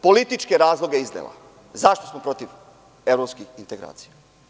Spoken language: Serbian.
Političke razloge je iznela zašto smo protiv evropskih integracija.